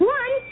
one